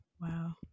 Wow